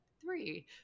three